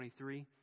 23